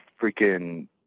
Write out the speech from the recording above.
freaking